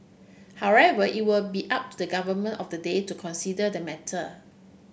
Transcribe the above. however it will be up to the government of the day to consider the matter